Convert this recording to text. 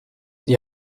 die